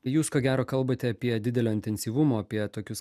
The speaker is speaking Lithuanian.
jūs ko gero kalbate apie didelio intensyvumo apie tokius